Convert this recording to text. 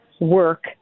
work